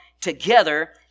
together